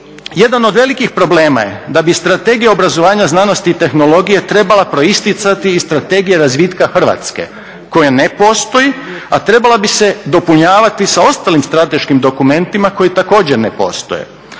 Jedan od velikih problema je da bi strategija obrazovanja, znanosti i tehnologije trebala proistjecati iz strategije razvitka Hrvatske koja ne postoji a trebala bi se dopunjavati sa ostalim strateškim dokumentima koji također ne postoje.